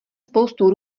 spoustu